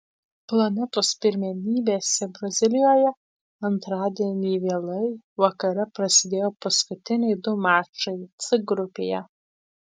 planetos pirmenybėse brazilijoje antradienį vėlai vakare prasidėjo paskutiniai du mačai c grupėje